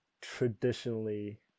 traditionally